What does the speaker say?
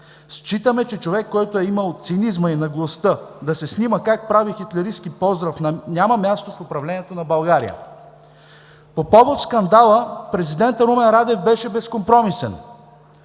Считаме, че човек, който е имал цинизма и наглостта да се снима как прави хитлеристки поздрав, няма място в управлението на България“. По повод скандала президентът Румен Радев беше безкомпромисен.